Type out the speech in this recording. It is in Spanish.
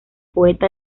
poeta